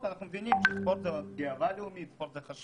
אנחנו בכל זאת מבינים שספורט לאומי הוא חשוב,